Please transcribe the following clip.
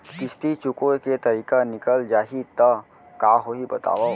किस्ती चुकोय के तारीक निकल जाही त का होही बताव?